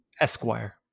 Esquire